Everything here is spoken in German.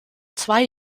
zwei